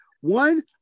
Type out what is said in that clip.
One